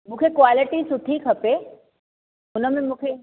मूंखे क्वालिटी सुठी खपे हुनमें मूंखे